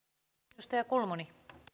arvoisa rouva